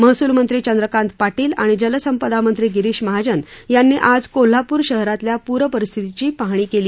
महसूल मंत्री चंद्रकांत पाटील आणि जलसंपदामंत्री गिरीश महाजन यांनी आज कोल्हापूर शहरातील पूरपरिस्थितीची पाहणी केली